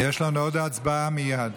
יש לנו עוד הצבעה מייד.